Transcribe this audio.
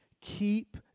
keep